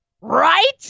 Right